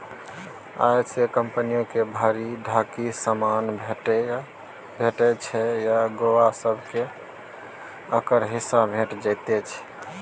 अय सँ कंपनियो के भरि ढाकी समान भेटइ छै आ गौंआ सब केँ ओकर हिस्सा भेंट जाइ छै